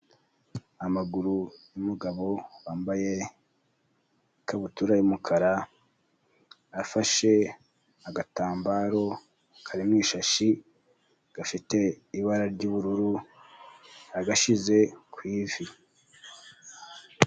Amaguru y'umugabo wambaye ikabutura y'umukara afashe agatambaro kari mu ishashi gafite ibara ry'ubururu agashyize ku ivi.